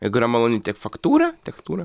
jeigu yra maloni tiek faktūra tekstūra